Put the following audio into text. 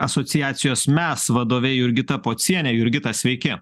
asociacijos mes vadove jurgita pociene jurgita sveiki